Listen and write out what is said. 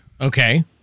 Okay